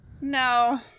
No